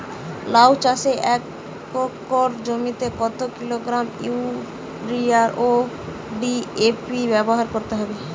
লাউ চাষে এক একর জমিতে কত কিলোগ্রাম ইউরিয়া ও ডি.এ.পি ব্যবহার করতে হবে?